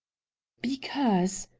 because,